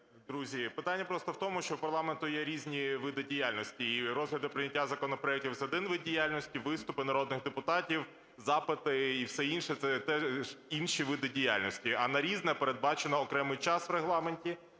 друзі, питання просто в тому, що в парламенту є різні види діяльності: і розгляд, і прийняття законопроектів - це один вид діяльності, виступи народних депутатів, запити і все інше – це теж інші види діяльності. А на "Різне" передбачено окремий час в Регламенті,